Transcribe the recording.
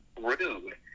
rude